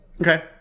Okay